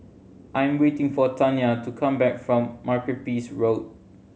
I am waiting for Tania to come back from Makepeace Road